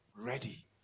ready